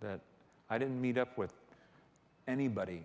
that i didn't meet up with anybody